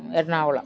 Ernakulam